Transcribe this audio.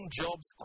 jobs